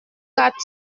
quatre